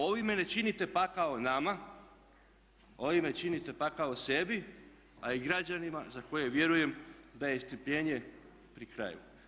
Ovime ne činite pakao nama, ovime činite pakao sebi a i građanima za koje vjerujem da je strpljenje pri kraju.